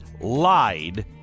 lied